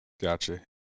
Gotcha